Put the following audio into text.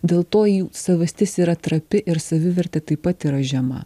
dėl to jų savastis yra trapi ir savivertė taip pat yra žema